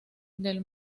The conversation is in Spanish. del